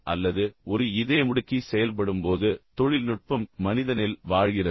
அல்லது ஒரு இதயமுடுக்கி செயல்படும்போது தொழில்நுட்பம் மனிதனில் வாழ்கிறது